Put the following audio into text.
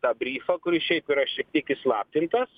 tą bryfą kuris šiaip yra šiek tiek įslaptintas